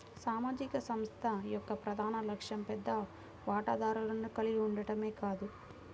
సామాజిక సంస్థ యొక్క ప్రధాన లక్ష్యం పెద్ద వాటాదారులను కలిగి ఉండటమే కాదు